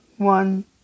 One